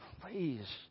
Please